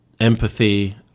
empathy